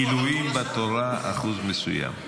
עילויים בתורה, אחוז מסוים.